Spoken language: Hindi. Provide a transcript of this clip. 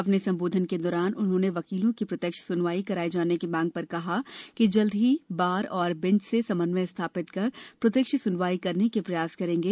अपने संबोधन के दौरान उन्होंने वकीलों की प्रत्यक्ष स्नवाई कराए जाने की मांग पर कहा कि जल्द ही बार और बेंच से समन्वय स्थापित कर प्रत्यक्ष सुनवाई करने प्रयास करेंगे